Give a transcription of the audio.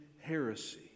heresy